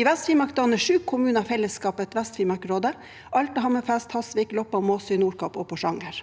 I Vest-Finnmark danner sju kommuner fellesskapet Vest-Finnmark Rådet: Alta, Hammerfest, Hasvik, Loppa, Måsøy, Nordkapp og Porsanger.